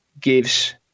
gives